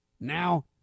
now